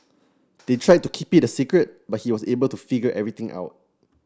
they tried to keep it secret but he was able to figure everything out